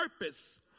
purpose